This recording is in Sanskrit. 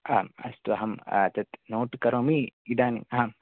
आम् अस्तु अहं तत् नोट् करोमि इदानीम् आम्